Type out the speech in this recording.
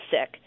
sick